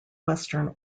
western